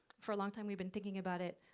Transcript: for a long time, we've been thinking about it.